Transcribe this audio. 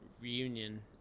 reunion